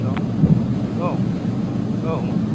हेल' औ औ मा